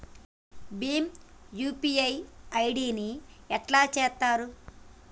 Bhim UPI ID ని ఎట్లా చేత్తరు?